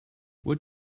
what